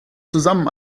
zusammen